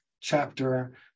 chapter